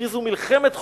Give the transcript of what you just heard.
הכריזו מלחמת חורמה,